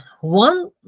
One